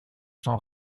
sans